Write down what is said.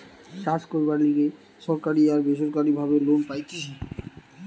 চাষ কইরার লিগে সরকারি আর বেসরকারি ভাবে লোন পাইতেছি